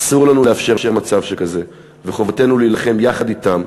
אסור לנו לאפשר מצב שכזה וחובתנו להילחם יחד אתם,